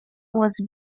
was